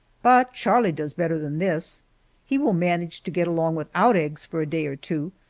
but charlie does better than this he will manage to get along without eggs for a day or two,